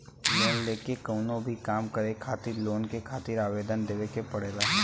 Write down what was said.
loan लेके कउनो भी काम करे खातिर लोन के खातिर आवेदन देवे के पड़ला